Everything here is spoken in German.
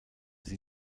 sie